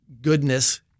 goodness